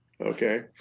okay